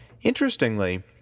Interestingly